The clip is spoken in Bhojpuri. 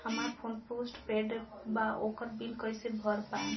हमार फोन पोस्ट पेंड़ बा ओकर बिल कईसे भर पाएम?